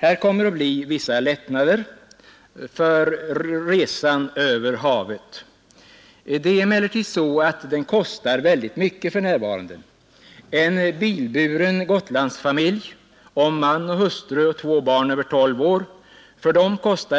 Det kommer att bli vissa lättnader i kostnaderna för resan över havet. Den kostar emellertid i dag mycket. För en bilburen Gotlandsfamilj om man, hustru och två barn över tolv år kommer